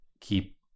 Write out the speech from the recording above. keep